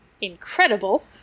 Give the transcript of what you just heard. incredible